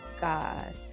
God